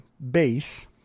base